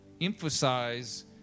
emphasize